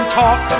talk